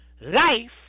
Life